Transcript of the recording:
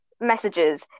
messages